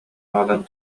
аҕалан